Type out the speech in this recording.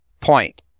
point